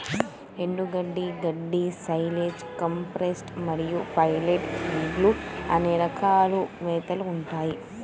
ఎండుగడ్డి, గడ్డి, silage, compressed మరియు పెల్లెట్ ఫీడ్లు అనే రకాలుగా మేతలు ఉంటాయి